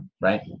right